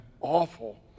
awful